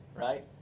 right